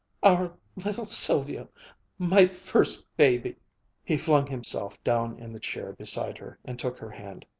our little sylvia my first baby he flung himself down in the chair beside her and took her hand.